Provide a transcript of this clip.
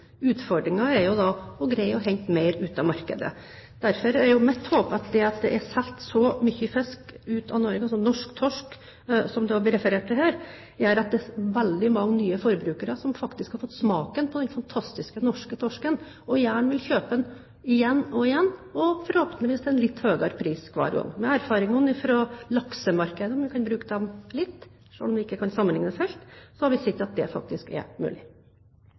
da å greie å hente mer ut av markedet. Derfor er mitt håp at det at det er solgt så mye fisk ut av Norge – altså norsk torsk, som det også blir referert til her – gjør at veldig mange nye forbrukere har fått smaken på den fantastiske norske torsken og gjerne vil kjøpe den – igjen og igjen, og forhåpentligvis til en litt høyere pris hver gang. Med erfaringene fra laksemarkedet – man kan bruke dem litt, selv om det ikke helt kan sammenlignes – så har vi sett at det faktisk er mulig.